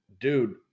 dude